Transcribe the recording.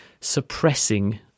suppressing